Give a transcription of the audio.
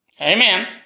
Amen